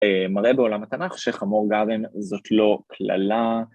מראה בעולם התנ״ך שחמור גרם זאת לא קללה.